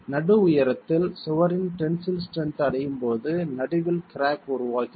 நடு உயரத்தில் சுவரின் டென்சில் ஸ்ட்ரென்த் அடையும்போது நடுவில் கிராக் உருவாகிறது